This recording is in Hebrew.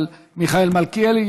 מיכאל מלכיאלי,